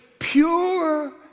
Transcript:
Pure